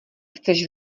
chceš